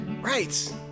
right